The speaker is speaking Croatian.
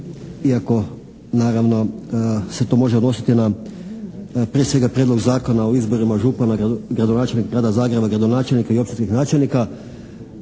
iako naravno se to može odnositi na prije svega Prijedlog zakona o izborima župana, gradonačelnika grada Zagreba, gradonačelnika i općinskih načelnika,